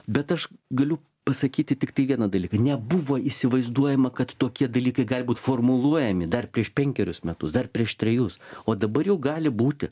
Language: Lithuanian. bet aš galiu pasakyti tiktai vieną dalyką nebuvo įsivaizduojama kad tokie dalykai gali būt formuluojami dar prieš penkerius metus dar prieš trejus o dabar jau gali būti